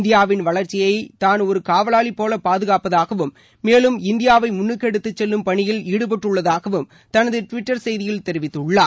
இந்தியாவின் வளர்ச்சியை தான் ஒரு காவலாளிபோல பாதுகாப்பதாகவும் மேலும் இந்தியாவை முன்னுக்கு எடுத்து செல்லும் பணியில் ஈடுபட்டுள்ளதாகவும் தனது டுவிட்டர் செய்தியில் தெரிவித்துள்ளார்